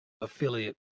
affiliate